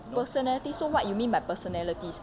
personality so what you mean by personalities